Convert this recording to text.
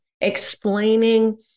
explaining